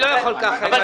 אין